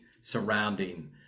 surrounding